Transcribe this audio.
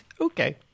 Okay